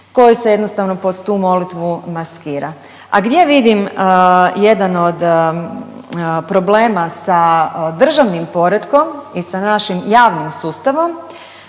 koji se jednostavno pod tu molitvu maskira. A gdje vidim jedan od problema sa državnim poretkom i sa našim javnim sustavom